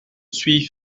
suis